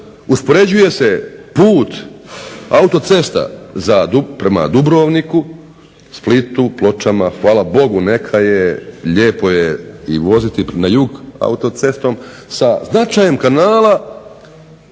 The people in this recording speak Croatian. uspoređuje se put autocesta prema Dubrovniku, Splitu, Pločama, hvala bogu lijepo je voziti na jug autocestom, sa značajem kanala